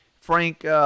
Frank